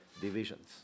divisions